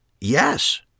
Yes